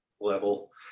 level